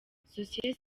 sosiyete